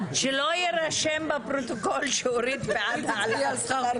שלא יירשם בפרוטוקול שאורית בעד העלאת שכר מינימום.